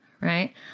right